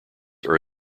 are